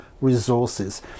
resources